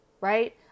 Right